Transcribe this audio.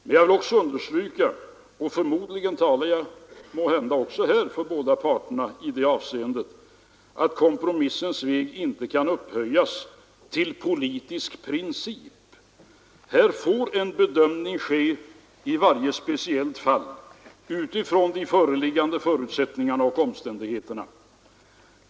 Men jag vill också understryka — och förmodligen talar jag även i det avseendet för båda parterna — att kompromissens väg inte kan upphöjas till politisk princip. Här får en bedömning göras i varje speciellt fall utifrån de föreliggande förutsättningarna och omständigheterna.